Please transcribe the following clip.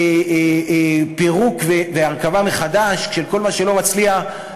פירוק והרכבה מחדש של כל מה שלא מצליח,